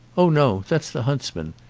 oh no that's the huntsman.